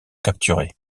capturés